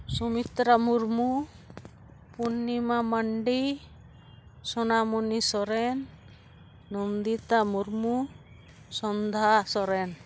Sumitra Murmu Punnima Mandi Sonamuni Soren Nandita Murmu Sondha Soren